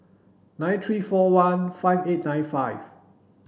nine three four one five eight nine five